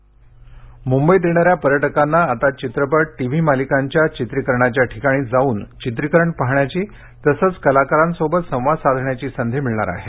पर्यटन मुंबईत येणाऱ्या पर्यटकांना आता चित्रपट टीव्ही मालिकांच्या चित्रीकरणाच्या ठिकाणी जाऊन चित्रीकरण पाहण्याची तसंच कलाकारांसोबत संवाद साधण्याची संधी मिळणार आहे